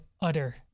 utter